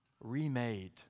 remade